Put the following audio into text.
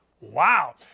wow